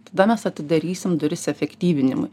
tada mes atidarysim duris efektyvinimui